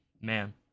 man